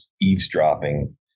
eavesdropping